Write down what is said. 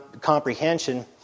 comprehension